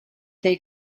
they